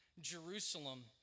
Jerusalem